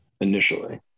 initially